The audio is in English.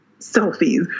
selfies